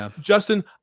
Justin